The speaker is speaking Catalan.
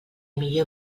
millor